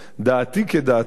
דעתי כדעתך,